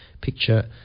picture